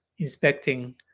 inspecting